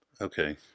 okay